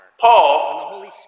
Paul